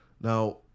Now